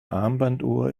armbanduhr